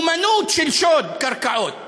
אמנות של שוד קרקעות.